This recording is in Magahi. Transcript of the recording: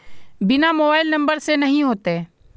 बिना मोबाईल नंबर से नहीं होते?